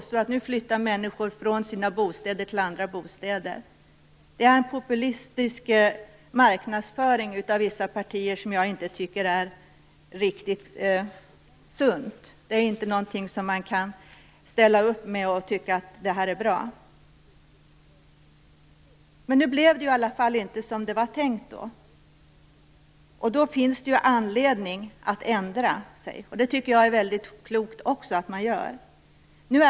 Det är en populistisk agitation från vissa partier, som jag tycker inte är riktigt sund. Det blev nu i alla fall inte så som det var tänkt, och man har då anledning att ändra sig. Jag tycker att det är väldigt klokt att man gör det.